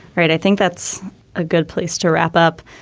right i think that's a good place to wrap up.